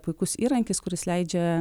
puikus įrankis kuris leidžia